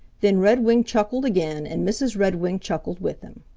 then redwing chuckled again and mrs. redwing chuckled with him.